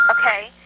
Okay